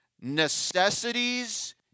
necessities